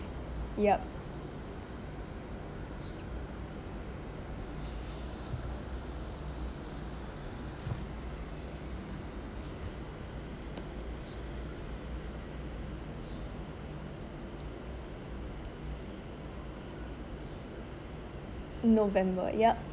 yup november yup